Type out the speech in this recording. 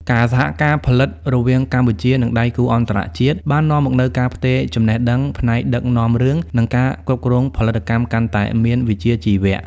ការសហការផលិតរវាងកម្ពុជា និងដៃគូអន្តរជាតិបាននាំមកនូវការផ្ទេរចំណេះដឹងផ្នែកដឹកនាំរឿង និងការគ្រប់គ្រងផលិតកម្មកាន់តែមានវិជ្ជាជីវៈ។